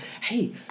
Hey